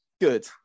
Good